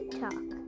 talk